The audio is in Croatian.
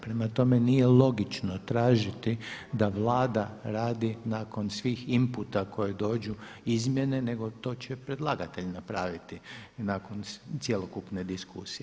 Prema tome nije logično tražiti da Vlada radi nakon svih imputa koji dođu izmjene nego to će predlagatelj napraviti nakon cjelokupne diskusije.